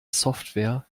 software